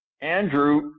Andrew